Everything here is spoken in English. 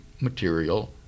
material